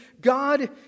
God